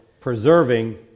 preserving